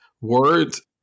words